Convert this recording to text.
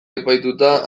epaituta